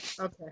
okay